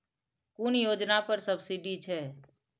कुन योजना पर सब्सिडी छै?